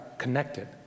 connected